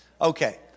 Okay